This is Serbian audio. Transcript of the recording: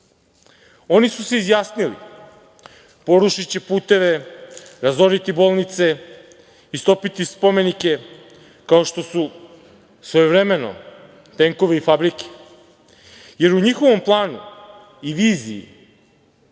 su se izjasnili porušiće puteve, razoriti bolnice, istopiti spomenke, kao što su svojevremeno tenkove i fabrike, jer u njihovom planu i viziji